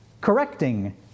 correcting